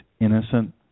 innocent